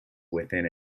within